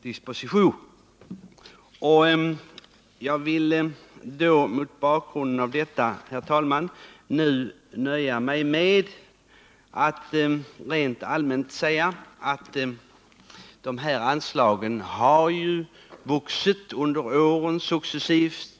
Mot bakgrund av detta vill jag, herr talman, nöja mig med att rent allmänt säga att de här anslagen har vuxit successivt under årens lopp.